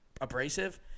abrasive